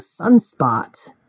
Sunspot